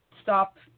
stop